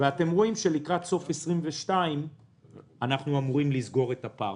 ואתם רואים שלקראת סוף 2022 אנחנו אמורים לסגור את הפער.